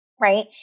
right